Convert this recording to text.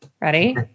Ready